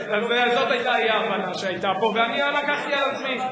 זאת היתה אי-ההבנה שהיתה פה, ואני לקחתי על עצמי.